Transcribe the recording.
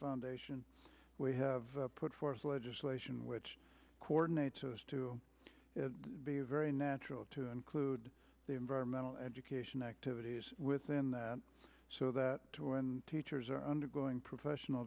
foundation we have put forth legislation which coordinates to be very natural to include the environmental education activities within that so that when teachers are undergoing professional